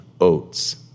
oats